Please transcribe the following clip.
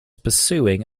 pursuing